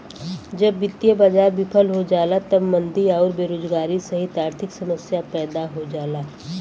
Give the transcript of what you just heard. जब वित्तीय बाजार विफल हो जाला तब मंदी आउर बेरोजगारी सहित आर्थिक समस्या पैदा हो जाला